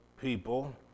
people